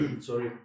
Sorry